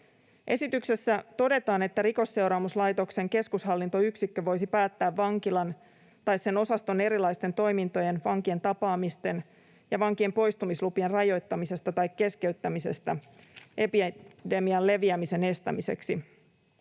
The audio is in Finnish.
Esityksessä todetaan, että Rikosseuraamuslaitoksen keskushallintoyksikkö voisi päättää vankilan tai sen osaston erilaisten toimintojen, vankien tapaamisten ja vankien poistumislupien rajoittamisesta tai keskeyttämisestä epidemian leviämisen estämiseksi